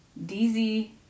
DZ